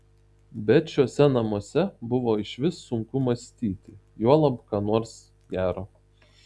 bet šiuose namuose buvo išvis sunku mąstyti juolab ką nors gero